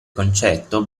concetto